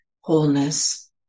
wholeness